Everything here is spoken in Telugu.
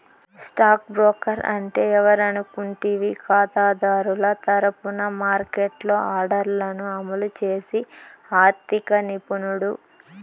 స్టాక్ బ్రోకర్ అంటే ఎవరనుకుంటివి కాతాదారుల తరపున మార్కెట్లో ఆర్డర్లను అమలు చేసి ఆర్థిక నిపుణుడు